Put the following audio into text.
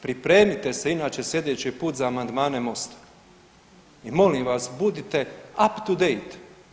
Pripremite se inače za slijedeći put za amandmane Mosta i molim vas, budite up to date.